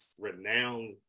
renowned